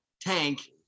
tank